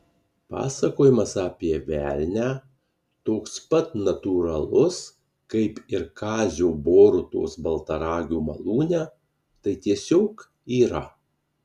pasakojimas apie velnią toks pat natūralus kaip ir kazio borutos baltaragio malūne tai tiesiog yra